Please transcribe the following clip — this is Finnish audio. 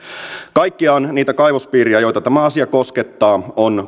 kaikkiaan niitä kaivospiirejä joita tämä asia koskettaa on